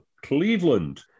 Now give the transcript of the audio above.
Cleveland